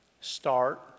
start